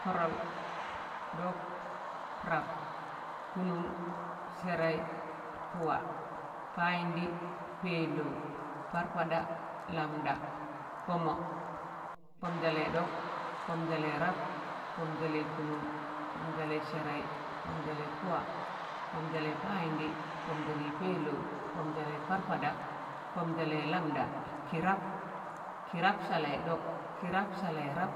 kọrọll, ɗọk rap, kụnụụṇ, sẹrẹị, pụwa, payịndị, pẹẹlọụ parpaɗa lamda kpọmọ, kpọm salẹị ɗọk, kpọm salẹị rap, kpọm salẹị kụnụṇ, kpọm salẹị sẹrẹị, kpọm salẹị pụwa, kpọm salẹị payịndị, kpọm salẹị pẹẹlọụ, kpọm salẹị parpaɗa, kpọm salẹị lamda, kị rap. kịrap salẹị ɗọk, kirap salẹị rap,